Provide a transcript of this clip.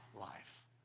life